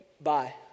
bye